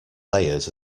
layers